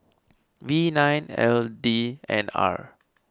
V nine L D N R